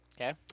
Okay